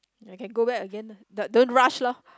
you can go back again ah d~ don't rush loh